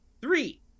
Three